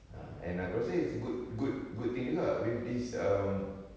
ah and aku rasa it's a good good good thing juga with this um